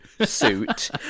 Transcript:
Suit